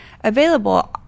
available